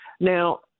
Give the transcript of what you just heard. Now